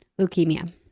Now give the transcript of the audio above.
leukemia